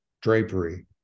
drapery